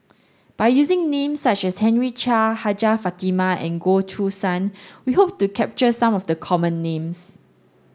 by using names such as Henry Chia Hajjah Fatimah and Goh Choo San we hope to capture some of the common names